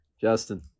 Justin